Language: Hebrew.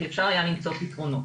כי אפשר היה למצוא פתרונות.